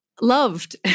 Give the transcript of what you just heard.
loved